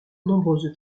nombreuses